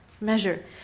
Measure